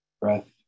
Breath